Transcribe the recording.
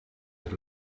het